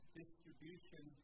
distribution